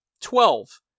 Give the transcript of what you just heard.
twelve